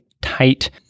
tight